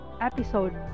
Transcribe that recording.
episode